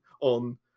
on